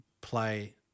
play